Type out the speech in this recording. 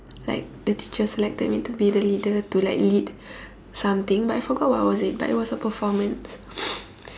like the teachers selected me to be the leader to like lead something but I forgot what was it but it was a performance